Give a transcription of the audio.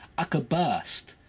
ah could burst.